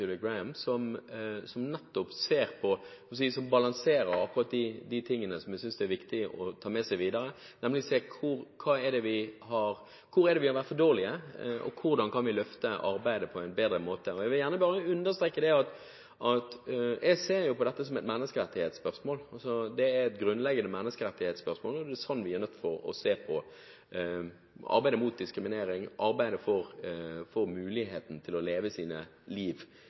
innlegg, der hun balanserer nettopp de tingene som jeg synes det er viktig å ta med seg videre, nemlig å se på hvor vi har vært for dårlige, og hvordan kan vi løfte arbeidet på en bedre måte. Jeg vil gjerne bare understreke at jeg ser på dette som et grunnleggende menneskerettighetsspørsmål. Det er ut fra det vi er nødt til å se på arbeidet mot diskriminering og arbeidet for muligheten til å leve sitt liv